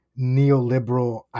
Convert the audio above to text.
neoliberal